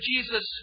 Jesus